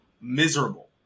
miserable